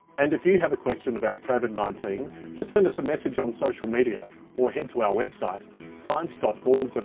and if you have a question about covid nineteen just send us a message on social media. or head to our website science org but